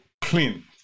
clean